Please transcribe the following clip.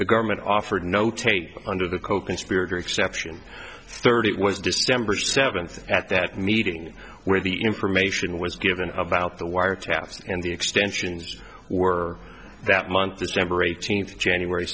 the government offered no tape under the coconspirator exception thirty it was december seventh at that meeting where the information was given about the wiretaps and the extensions were that month december eighteenth january